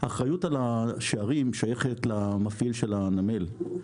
האחריות על השערים שייכת למפעיל של הנמל.